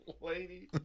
Lady